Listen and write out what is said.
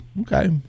okay